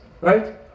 Right